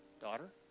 daughter